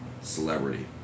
celebrity